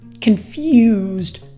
confused